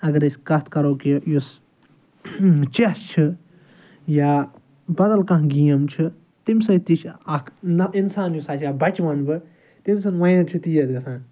اگر أسۍ کتھ کرو کہِ یُس چیٚس چھِ یا بَدَل کانٛہہ گیم چھِ تَمہِ سۭتۍ تہِ چھِ اکھ نہ اِنسان یُس آسہِ یا بَچہِ وَنہٕ بہٕ تٔمۍ سُنٛد مایِنٛڈ چھ تیز گَژھان